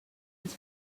ens